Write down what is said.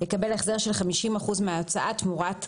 יקבל החזר של 50% מההוצאה תמורת קבלה."